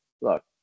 look